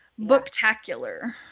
Booktacular